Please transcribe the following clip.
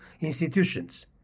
institutions